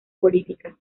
política